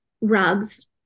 rugs